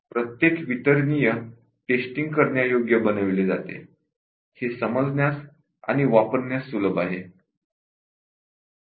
प्रत्येक वितरणीय टेस्टींग करण्यायोग्य बनविली जाते हे समजण्यास आणि वापरण्यास सुलभ आहे